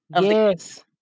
Yes